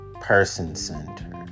person-centered